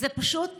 זה פשוט נורא.